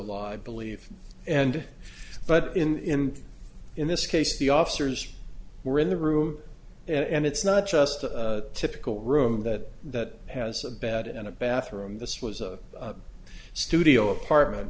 live believe and but in in this case the officers were in the room and it's not just a typical room that has a bed and a bathroom this was a studio apartment